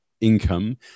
income